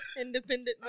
Independent